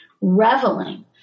reveling